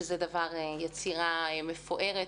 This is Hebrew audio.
שזו יצירה מפוארת,